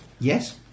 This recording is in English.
Yes